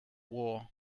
war